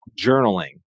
journaling